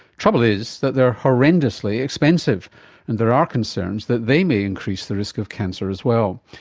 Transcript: trouble is that they're horrendously expensive and there are concerns that they may increase the risk of cancer as well.